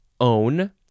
own